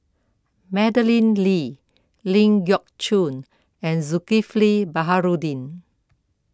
Madeleine Lee Ling Geok Choon and Zulkifli Baharudin